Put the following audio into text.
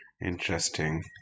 interesting